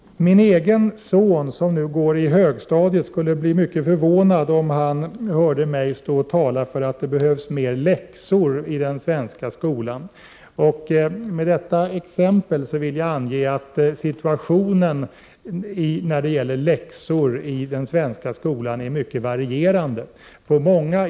Min egen son, som nu går på högstadiet, skulle bli mycket förvånad om han fick höra mig tala för att det behövs mera läxor i den svenska skolan. Med detta exempel vill jag ange att situationen när det gäller läxor i den svenska skolan är mycket varierande.